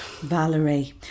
Valerie